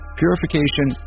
purification